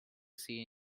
see